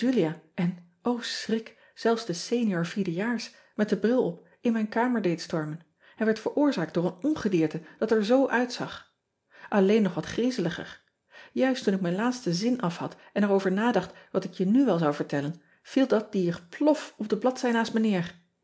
ulia en o schrik zelfs de enior vierde jaars met den bril op in mijn kamer deed stormen ij werd veroorzaakt door een ongedierte dat er zoo uitzag lleen nog wat griezeliger uist toen ik mijn laatsten zin af had en er over nadacht wat ik je nu wel zou vertellen viel dat dier plof op de bladzij naast